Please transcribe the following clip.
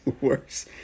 worse